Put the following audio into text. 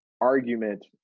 argument